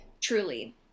Truly